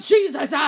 Jesus